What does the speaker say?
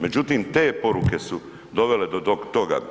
Međutim, te poruke su dovele do toga.